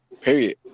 Period